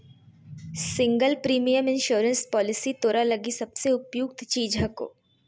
single premium insurance policy तोरा लगी सबसे उपयुक्त चीज हको